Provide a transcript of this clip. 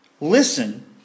Listen